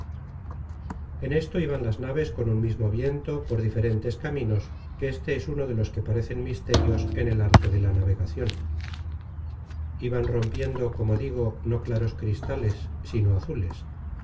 en esto iban las naves con un mismo viento por diferentes caminos que éste es uno de los que parecen misterios en el arte de la navegacion iban rompiendo como digo porque el viento